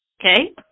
Okay